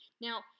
Now